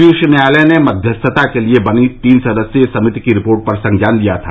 शीर्ष न्यायालय ने मध्यस्थता के लिए बनी तीन सदस्यीय समिति की रिपोर्ट पर संज्ञान लिया था